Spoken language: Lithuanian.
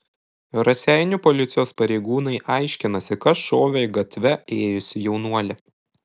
raseinių policijos pareigūnai aiškinasi kas šovė į gatve ėjusį jaunuolį